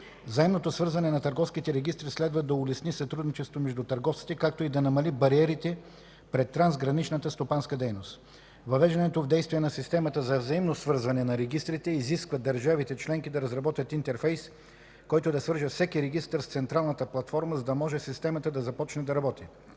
Взаимното свързване на търговските регистри следва да улесни сътрудничеството между търговците, както и да намали бариерите пред трансграничната стопанска дейност. Въвеждането в действие на системата за взаимно свързване на регистрите изисква държавите членки да разработят интерфейс, който да свърже всеки регистър с централната платформа, за да може системата да започне да работи.